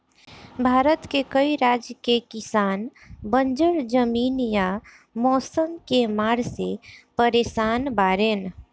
भारत के कई राज के किसान बंजर जमीन या मौसम के मार से परेसान बाड़ेन